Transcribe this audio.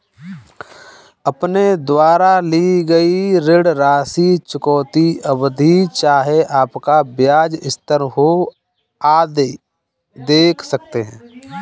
अपने द्वारा ली गई ऋण राशि, चुकौती अवधि, चाहे आपका ब्याज स्थिर हो, आदि देख सकते हैं